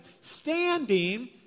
standing